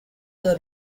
are